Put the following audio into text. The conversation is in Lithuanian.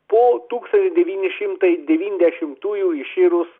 po tūkstantis devyni šimtai devyniasdešimtųjų iširus